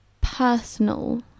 personal